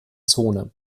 zone